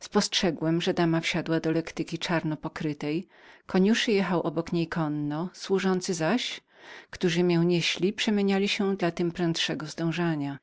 spostrzegłem że dama wsiadła do lektyki czarno pokrytej koniuszy jechał obok niej konno służący zaś przemieniali się dla tem prędszego zdążania